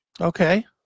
Okay